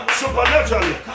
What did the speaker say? supernaturally